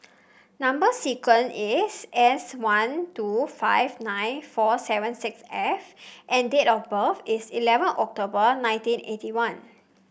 number sequence is S one two five nine four seven six F and date of birth is eleven October nineteen eighty one